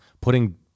putting